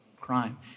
crime